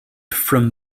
from